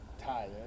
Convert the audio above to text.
tie